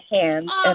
hands